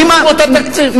הרימו, הרימו את התקציב.